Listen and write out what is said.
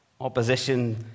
opposition